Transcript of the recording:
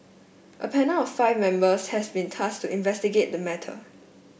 a panel of five members has been tasked to investigate the matter